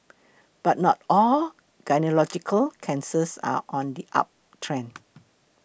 but not all gynaecological cancers are on the uptrend